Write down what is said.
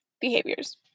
behaviors